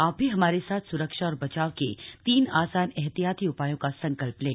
आप भी हमारे साथ स्रक्षा और बचाव के तीन आसान एहतियाती उपायों का संकल्प लें